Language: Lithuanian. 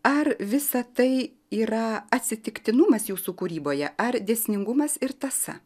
ar visa tai yra atsitiktinumas jūsų kūryboje ar dėsningumas ir tąsa